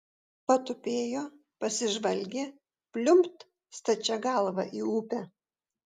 patupėjo pasižvalgė pliumpt stačia galva į upę